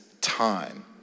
time